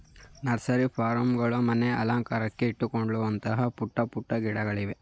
nursery plants ಗಳು ಮನೆ ಅಲಂಕಾರಕ್ಕೆ ಇಟ್ಟುಕೊಳ್ಳುವಂತಹ ಪುಟ್ಟ ಪುಟ್ಟ ಗಿಡಗಳಿವೆ